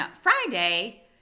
friday